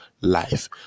life